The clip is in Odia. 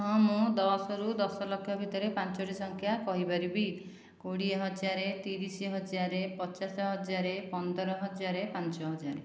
ହଁ ମୁଁ ଦଶରୁ ଦଶ ଲକ୍ଷ ଭିତରେ ପାଞ୍ଚୋଟି ସଂଖ୍ୟା କହି ପାରିବି କୋଡ଼ିଏ ହଜାର ତିରିଶ ହଜାର ପଚାଶ ହଜାର ପନ୍ଦର ହଜାର ପାଞ୍ଚ ହଜାର